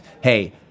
hey